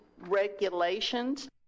REGULATIONS